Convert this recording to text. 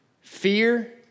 Fear